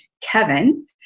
Kevin